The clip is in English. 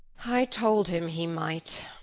i told him he might,